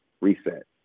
reset